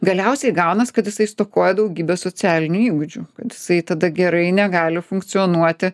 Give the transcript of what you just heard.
galiausiai gaunas kad jisai stokoja daugybės socialinių įgūdžių kad jisai tada gerai negali funkcionuoti